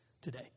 today